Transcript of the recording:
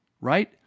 Right